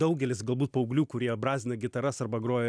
daugelis galbūt paauglių kurie brazdina gitaras arba groja